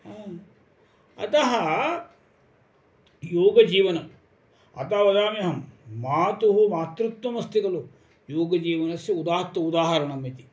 हा अतः योगजीवनम् अतः वदामि अहं मातुः मातृत्वमस्ति खलु योगजीवनस्य उदात्तम् उदाहरणम् इति